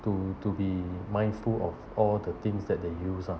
to to be mindful of all the things that they use ah